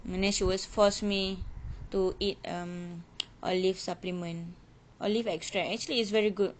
and then she always force me to eat um olive supplement olive extract actually is very good